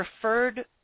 preferred